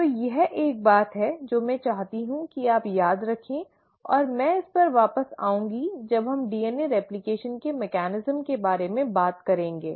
तो यह एक बात है जो मैं चाहती हूं कि आप याद रखें और मैं इस पर वापस आऊंगी जब हम डीएनए प्रतिकृति के मेकैनिज्म के बारे में बात करेंगे